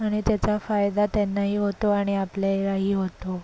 आणि त्याचा फायदा त्यांनाही होतो आणि आपल्यालाही होतो